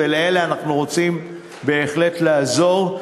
ולאלה אנחנו רוצים בהחלט לעזור,